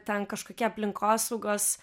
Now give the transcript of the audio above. ten kažkokie aplinkosaugos